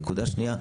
נקודה שנייה,